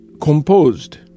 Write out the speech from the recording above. composed